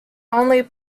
only